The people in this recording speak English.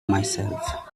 myself